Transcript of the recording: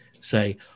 say